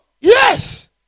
yes